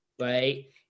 right